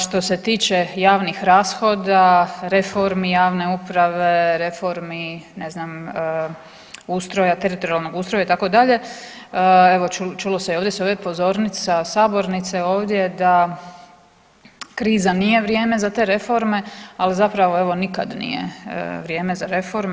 Što se tiče javnih rashoda, reformi javne uprave, reformi ne znam ustroja, teritorijalnog ustroja itd. evo čulo se je ovdje i s ove pozornice, sa sabornice ovdje da kriza nije vrijeme za te reforme, al zapravo evo nikad nije vrijeme za reforme.